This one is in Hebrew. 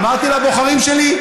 אמרתי לבוחרים שלי,